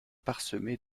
parsemé